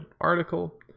article